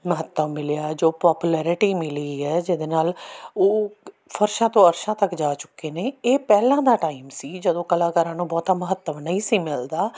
ਮਹੱਤਵ ਮਿਲਿਆ ਜੋ ਪੋਪਲੈਰਟੀ ਮਿਲੀ ਹੈ ਜਿਹਦੇ ਨਾਲ ਉਹ ਫਰਸ਼ਾਂ ਤੋਂ ਅਰਸ਼ਾਂ ਤੱਕ ਜਾ ਚੁੱਕੇ ਨੇ ਇਹ ਪਹਿਲਾਂ ਦਾ ਟਾਈਮ ਸੀ ਜਦੋਂ ਕਲਾਕਾਰਾਂ ਨੂੰ ਬਹੁਤਾ ਮਹੱਤਵ ਨਹੀਂ ਸੀ ਮਿਲਦਾ